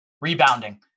rebounding